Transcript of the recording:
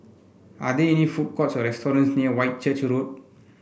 are there any food courts or restaurants near Whitchurch Road